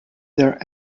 there